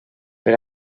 per